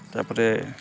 ତା'ପରେ